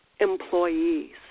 employees